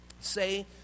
say